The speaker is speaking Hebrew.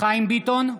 חיים ביטון,